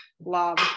love